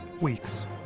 weeks